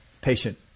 patient